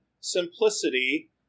simplicity